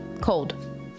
cold